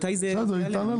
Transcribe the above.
מתי זה -- בסדר, היא תענה לך.